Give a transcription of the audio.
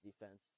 defense